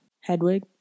Hedwig